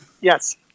Yes